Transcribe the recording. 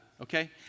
okay